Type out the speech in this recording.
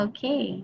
Okay